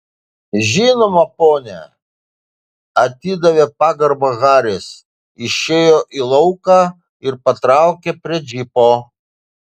žinoma pone atidavė pagarbą haris išėjo į lauką ir patraukė prie džipo